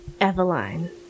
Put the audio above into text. Eveline